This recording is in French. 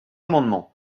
amendement